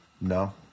no